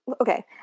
Okay